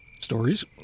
stories